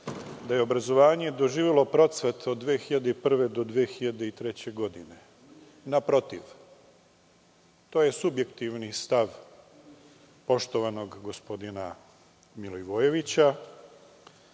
da je obrazovanje doživelo procvat od 2001. do 2003. godine, naprotiv, to je subjektivni stav poštovanog gospodina Milivojevića,